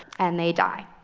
and they die.